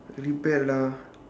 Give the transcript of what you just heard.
rebel ah